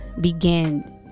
begin